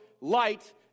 light